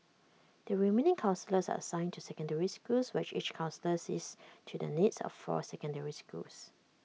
the remaining counsellors are assigned to secondary schools where each counsellor sees to the needs of four secondary schools